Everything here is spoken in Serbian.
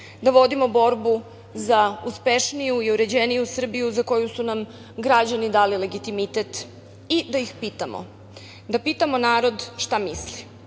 da vodimo borbu za uspešniju i uređeniju Srbiju za koju su nam građani dali legitimitet i da ih pitamo, da pitamo narod šta misli.